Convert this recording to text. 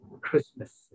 Christmas